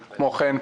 כמו כן,